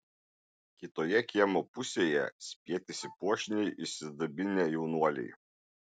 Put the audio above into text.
kitoje kiemo pusėje spietėsi puošniai išsidabinę jaunuoliai